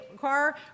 car